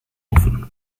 offen